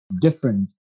different